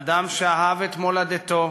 אדם שאהב את מולדתו,